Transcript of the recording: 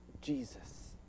Jesus